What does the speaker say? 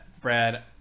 Brad